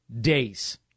days